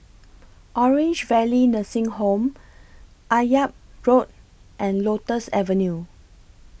Orange Valley Nursing Home Akyab Road and Lotus Avenue